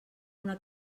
una